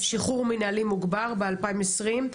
שיחרור מינהלי מוגבר ב-2020,